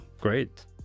Great